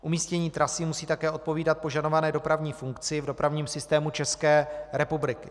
Umístění trasy musí také odpovídat požadované dopravní funkci v dopravním systému České republiky.